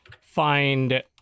find